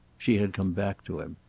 she had come back to him.